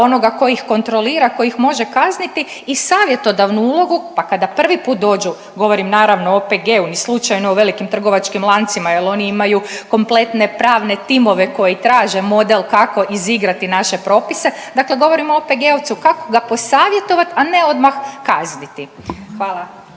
onoga tko ih kontrolira, tko ih može kazniti i savjetodavnu ulogu pa kada prvi puta dođu, govorim naravno o OPG-u ni slučajno o velikim trgovačkim lancima jer oni imaju kompletne pravne timove koji traže model kako izigrati naše propise, dakle govorim o OPG-ovcu kako ga posavjetovati, a ne odmah kazniti. Hvala.